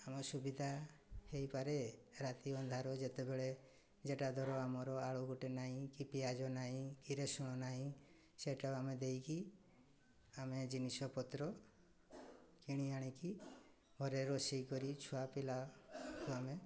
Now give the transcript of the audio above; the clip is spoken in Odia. ଆମ ସୁବିଧା ହୋଇପାରେ ରାତି ଅନ୍ଧାର ଯେତେବେଳେ ଯେଉଁଟା ଧର ଆମର ଆଳୁ ଗୋଟେ ନାହିଁ କି ପିଆଜ ନାହିଁ କି ରସୁଣ ନାହିଁ ସେଇଟା ଆମେ ଦେଇକି ଆମେ ଜିନିଷପତ୍ର କିଣି ଆଣିକି ଘରେ ରୋଷେଇ କରି ଛୁଆପିଲାକୁ ଆମେ